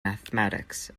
mathematics